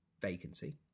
vacancy